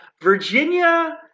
Virginia